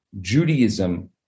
Judaism